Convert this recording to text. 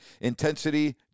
intensity